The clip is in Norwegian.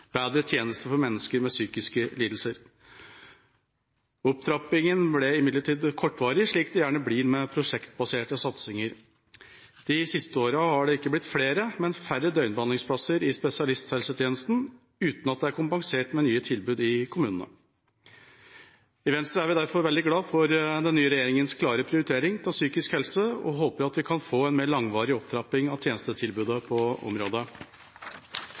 bedre tjenester for mennesker med psykiske lidelser. Opptrappingen ble imidlertid kortvarig, slik det gjerne blir med prosjektbaserte satsinger. De siste åra har det ikke blitt flere, men færre døgnbehandlingsplasser i spesialisthelsetjenesten, uten at det er kompensert med nye tilbud i kommunene. I Venstre er vi derfor veldig glad for den nye regjeringas klare prioritering av psykisk helse og håper at vi kan få en mer langvarig opptrapping av tjenestetilbudet på området.